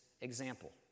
example